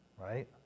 right